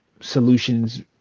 solutions